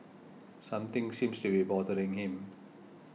something seems to be bothering him